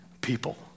people